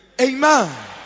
Amen